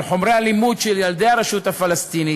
על חומרי הלימוד של ילדי הרשות הפלסטינית,